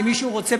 אם מישהו רוצה,